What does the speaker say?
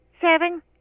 Seven